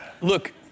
Look